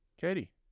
katie